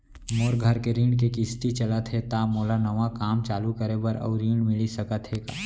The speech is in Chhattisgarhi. मोर घर के ऋण के किसती चलत हे ता का मोला नवा काम चालू करे बर अऊ ऋण मिलिस सकत हे?